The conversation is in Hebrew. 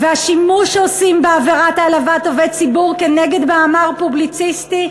והשימוש שעושים בעבירת העלבת עובד ציבור כנגד מאמר פובליציסטי,